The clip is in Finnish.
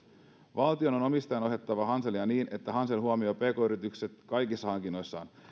valtion on omistajana ohjattava hanselia niin että hansel huomioi pk yritykset kaikissa hankinnoissaan